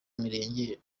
mirenge